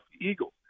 Eagles